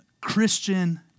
Christian